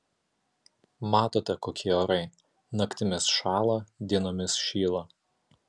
matote kokie orai naktimis šąla dienomis šyla